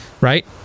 Right